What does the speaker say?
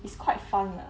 it's quite fun lah